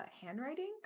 handwriting